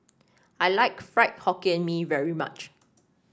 I like Fried Hokkien Mee very much